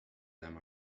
them